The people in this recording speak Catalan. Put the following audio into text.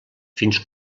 fins